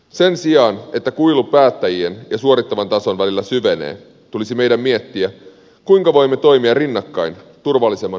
sen sijaan että kuilu päättäjien ja suorittavan tason välillä syvenee tulisi meidän miettiä kuinka voimme toimia rinnakkain turvallisemman huomisen puolesta